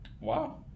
Wow